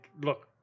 look